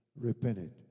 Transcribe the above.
repented